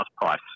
price